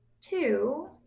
Two